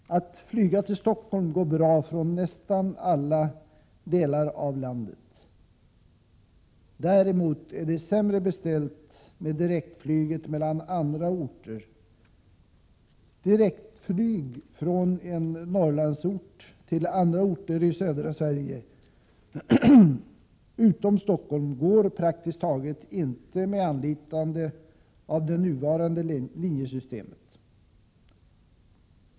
Att flyga till Stockholm går bra från nästan alla delar av landet. Däremot är det sämre beställt med direktflyget mellan andra orter. Direktflyg från en Norrlandsort till orter i södra Sverige utom Stockholm förekommer praktiskt taget inte inom det nuvarande linjesystemet.